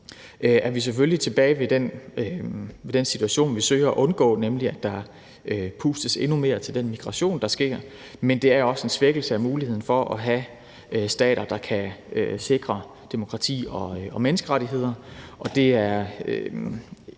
Vi er selvfølgelig tilbage ved den situation, vi søger at undgå, nemlig at der pustes endnu mere til den migration, der sker, men det er også en svækkelse af muligheden for at have stater, der kan sikre demokrati og menneskerettigheder.